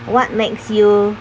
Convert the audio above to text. what makes you